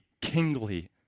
kingly